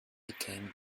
became